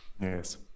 Yes